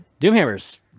Doomhammer's